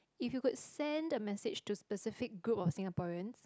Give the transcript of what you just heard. if you could send a message to specific group of Singaporeans